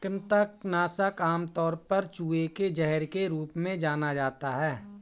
कृंतक नाशक आमतौर पर चूहे के जहर के रूप में जाना जाता है